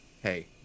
Hey